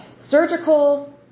surgical